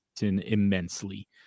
immensely